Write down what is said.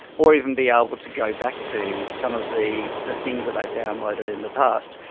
or even being able to go back to some of the the things that they've downloaded in the past.